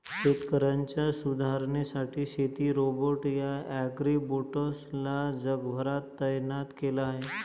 शेतकऱ्यांच्या सुधारणेसाठी शेती रोबोट या ॲग्रीबोट्स ला जगभरात तैनात केल आहे